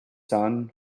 son